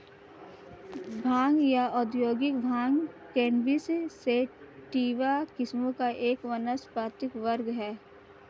भांग या औद्योगिक भांग कैनबिस सैटिवा किस्मों का एक वानस्पतिक वर्ग है